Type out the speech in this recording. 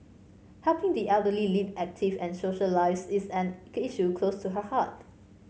helping the elderly lead active and social lives is an issue close to her heart